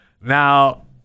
now